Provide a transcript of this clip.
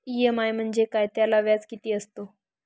EMI म्हणजे काय? त्याला व्याज किती असतो?